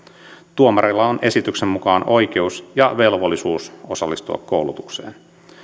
tuomareilla on esityksen mukaan oikeus ja velvollisuus osallistua koulutukseen